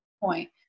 point